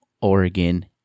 Oregon